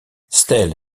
staël